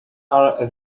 are